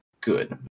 good